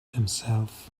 himself